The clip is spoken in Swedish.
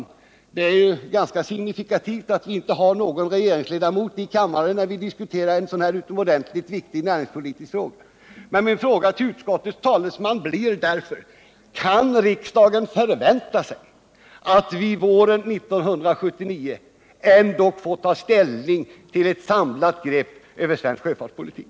Det är ganska signifikativt att vi inte har någon regeringsledamot i kammaren när vi diskuterar en så utomordentligt viktig näringspolitisk fråga, så min fråga blir därför till utskottets talesman: Kan riksdagen förvänta sig att under våren 1979 ändock få ta ställning till ett samlat grepp över svensk sjöfartspolitik?